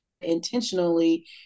intentionally